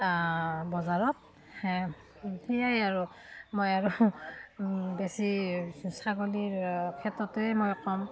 বজাৰত সেয়াই আৰু মই আৰু বেছি ছাগলীৰ ক্ষেত্ৰতেই মই ক'ম